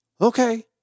Okay